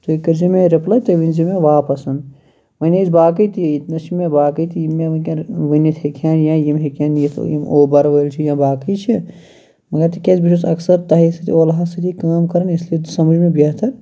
تُہۍ کٔرزیٚو مےٚ رِپلاے تُہۍ ؤنزیٚو مےٚ واپَس وۄنۍ ٲسۍ باقٕے تہِ ییٚتنَس چھِ مےٚ باقٕے تہِ یِم مےٚ وٕنکیٚن ؤنِتھ ہیٚکہَن یا یِم ہیٚکہَن یِتھ اُوبَر وٲلۍ چھِ یا باقٕے چھِ مَگَر تکیاز بہٕ چھُس اَکثَر تۄہے سۭتۍ اولا ہَس سۭتی کٲم کَران اِسلیے سَمُجھ مےٚ بہتَر